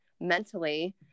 mentally